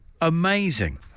Amazing